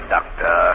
Doctor